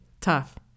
tough